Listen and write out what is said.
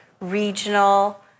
regional